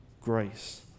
Grace